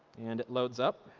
and it loads up.